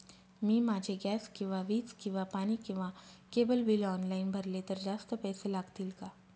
मी माझे गॅस किंवा वीज किंवा पाणी किंवा केबल बिल ऑनलाईन भरले तर जास्त पैसे लागतील का?